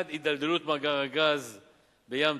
אחד, הידלדלות מאגר הגז ב"ים-תטיס"